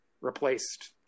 replaced